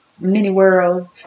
mini-world